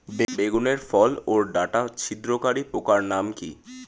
বেগুনের ফল ওর ডাটা ছিদ্রকারী পোকার নাম কি?